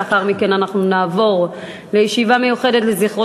לאחר מכן אנחנו נעבור לישיבה מיוחדת לזכרו